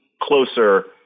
closer